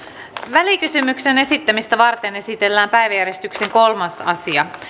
välikysymyksen esittämistä varten esitellään päiväjärjestyksen kolmas asia